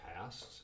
past